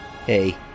Hey